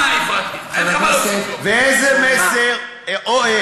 ואיזה מסר מעביר,